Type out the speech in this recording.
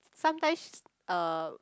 sometimes she's uh